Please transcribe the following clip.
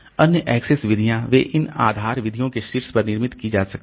अन्य एक्सेस विधियां वे इन आधार विधियों के शीर्ष पर निर्मित की जा सकती हैं